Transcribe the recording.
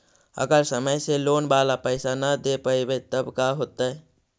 अगर समय से लोन बाला पैसा न दे पईबै तब का होतै?